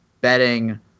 betting